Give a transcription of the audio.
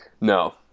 No